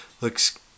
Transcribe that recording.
looks